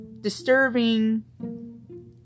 disturbing